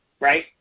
right